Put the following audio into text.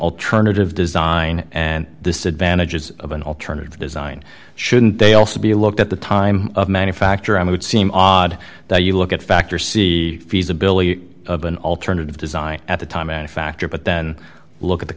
alternative design and this advantages of an alternative design shouldn't they also be looked at the time of manufacture i would seem odd that you look at factor see feasibility of an alternative design at the time and factor but then look at the